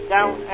Down